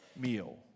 meal